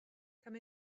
come